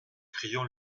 crillon